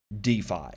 DeFi